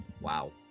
Wow